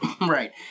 right